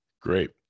Great